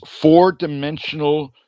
four-dimensional